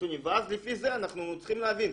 ואז לפי זה אנחנו צריכים להבין.